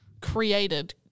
created